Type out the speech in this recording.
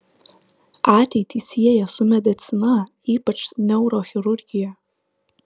ateitį sieja su medicina ypač neurochirurgija